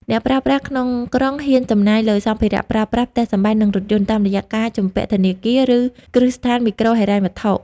អ្នកប្រើប្រាស់ក្នុងក្រុងហ៊ានចំណាយលើសម្ភារៈប្រើប្រាស់ ផ្ទះសម្បែង និងរថយន្ត តាមរយៈការជំពាក់ធនាគារ ឬគ្រឹះស្ថានមីក្រូហិរញ្ញវត្ថុ។